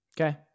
Okay